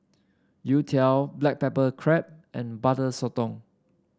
youtiao Black Pepper Crab and Butter Sotong